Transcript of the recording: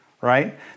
right